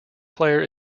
player